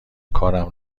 کارم